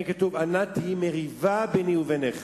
לכן כתוב: אל נא תהי מריבה ביני ובינך.